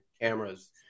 cameras